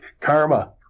karma